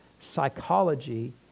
psychology